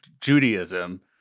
Judaism